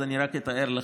אז אני רק אתאר לכם.